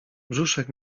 brzuszek